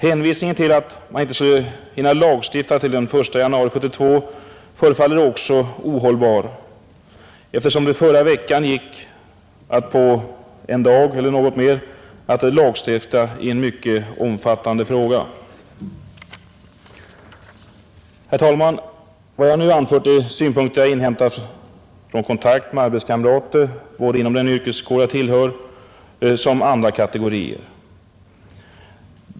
Hänvisningen till att man inte skulle hinna lagstifta till den 1 januari 1972 förefaller också ohållbar, eftersom det förra veckan gick att på en dag eller något mer lagstifta i en mycket omfattande fråga. Herr talman! Vad jag nu anfört är synpunkter som jag inhämtat vid kontakter med arbetskamrater, såväl inom den yrkeskår jag tillhör som inom andra kategorier.